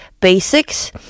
basics